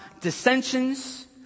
dissensions